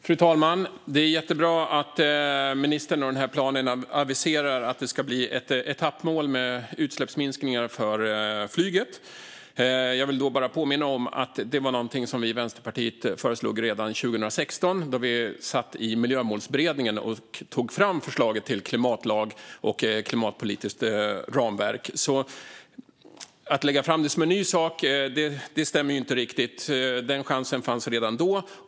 Fru talman! Det är jättebra att ministern och den här planen aviserar att det ska komma ett etappmål med utsläppsminskningar för flyget. Jag vill bara påminna om att det är något som vi i Vänsterpartiet föreslog redan 2016 då vi satt i Miljömålsberedningen, där förslaget om en klimatlag och ett klimatpolitiskt ramverk togs fram. Man kan därför inte riktigt lägga fram det som en ny sak. Chansen fanns redan då.